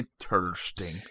Interesting